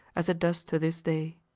as it does to this day.